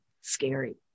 scary